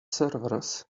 servers